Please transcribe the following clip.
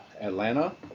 Atlanta